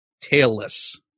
Tailless